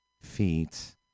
feet